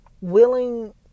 willing